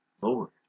Lord